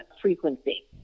frequency